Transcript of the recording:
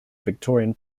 victorian